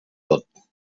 tot